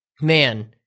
man